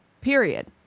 Period